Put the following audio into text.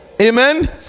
amen